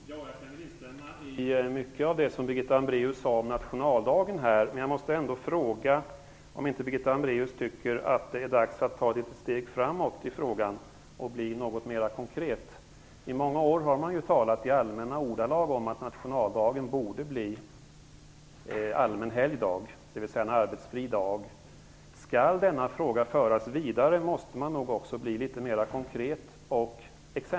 Fru talman! Jag vill instämma i mycket av det som Birgitta Hambraeus sade om nationaldagen. Men jag måste ända fråga om hon inte tycker att det är dags att ta ett steg framåt i frågan och bli något mer konkret. Man har ju i många år talat i allmänna ordalag om att nationaldagen borde bli allmän helgdag, dvs. en arbetsfri dag. Skall denna fråga föras vidare måste man nog bli litet mer konkret.